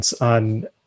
on